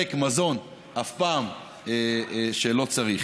שייזרק מזון אף פעם כשלא צריך.